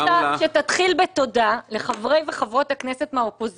ותעבור להצבעה בקריאה שנייה ושלישית במליאת הכנסת.